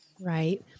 Right